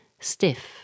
stiff